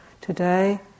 today